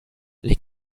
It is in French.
les